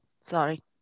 sorry